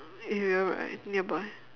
area right nearby